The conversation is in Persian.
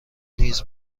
نیز